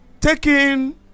taking